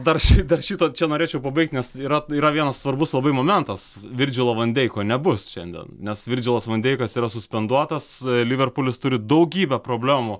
dar šį dar šito čia norėčiau pabaigti nes yra tai yra vienas svarbus labai momentas virdžilo vandeiko nebus šiandien nes virdžilas vandeikas yra suspenduotas liverpulis turi daugybę problemų